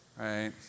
Right